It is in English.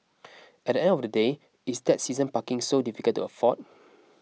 at the end of the day is that season parking so difficult to afford